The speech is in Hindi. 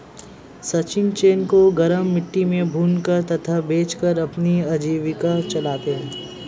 सचिन चने को गरम मिट्टी में भूनकर तथा बेचकर अपनी आजीविका चलाते हैं